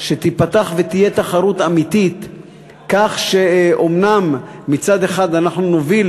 שתיפתח ותהיה תחרות אמיתית כך שאומנם אנחנו נוביל